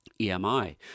EMI